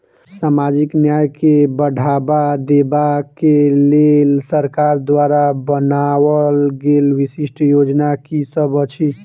सामाजिक न्याय केँ बढ़ाबा देबा केँ लेल सरकार द्वारा बनावल गेल विशिष्ट योजना की सब अछि?